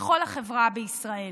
לכל החברה בישראל.